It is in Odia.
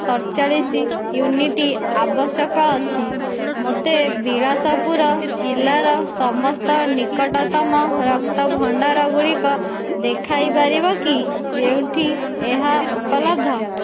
ସତଚାଳିଶ ୟୁନିଟ୍ ଆବଶ୍ୟକ ଅଛି ମୋତେ ବିଳାସପୁର ଜିଲ୍ଲାର ସମସ୍ତ ନିକଟତମ ରକ୍ତ ଭଣ୍ଡାର ଗୁଡ଼ିକ ଦେଖାଇ ପାରିବ କି ଯେଉଁଠି ଏହା ଉପଲବ୍ଧ